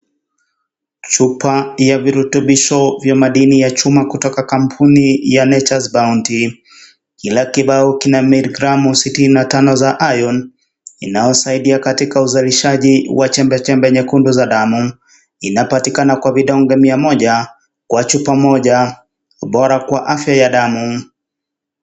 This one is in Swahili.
Chupa ya virutubisho vya madini ya chuma kutoka kampuni ya Nature's Bounty. Kila kibao kina miligramu 65 za iron inayosaidia katika uzalishaji wa che, becmbe nyekundu za damu. Inapatikana kwa vidonge mia moja kwa chupa moja, bora kwa afya ya damu.